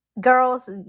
girls